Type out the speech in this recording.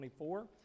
24